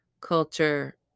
culture